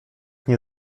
nie